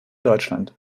deutschland